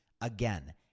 Again